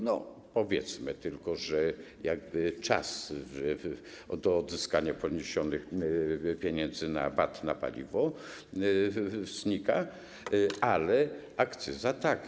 No powiedzmy tylko, że jakby czas do odzyskania pieniędzy na VAT na paliwo znika, ale akcyza tak.